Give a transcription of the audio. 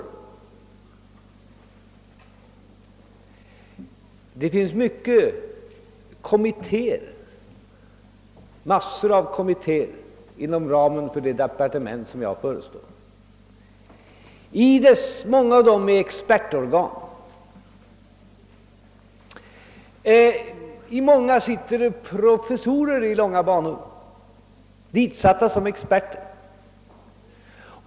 Det finns massor av kommittéer inom ramen för det departement som jag förestår. Många av dem är expertorgan. I många sitter professorer i långa banor, ditsatta som experter.